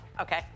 okay